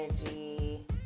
energy